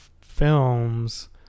films